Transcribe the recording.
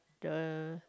the